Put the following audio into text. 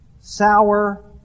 sour